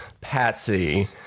Patsy